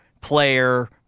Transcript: player –